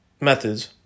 methods